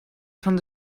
van